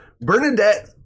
Bernadette